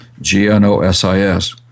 G-N-O-S-I-S